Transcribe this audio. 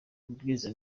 amabwiriza